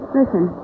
listen